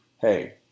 hey